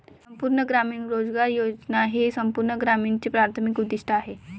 संपूर्ण ग्रामीण रोजगार योजना हे संपूर्ण ग्रामीणचे प्राथमिक उद्दीष्ट आहे